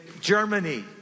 Germany